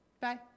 Bye